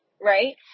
right